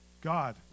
god